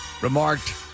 remarked